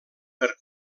per